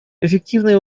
эффективное